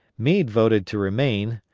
meade voted to remain,